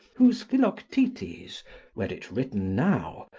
whose philoctetes, were it written now,